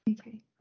okay